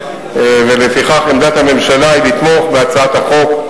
ולפיכך עמדת הממשלה היא לתמוך בהצעת החוק,